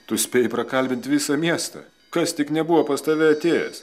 tu spėjai prakalbint visą miestą kas tik nebuvo pas tave atėjęs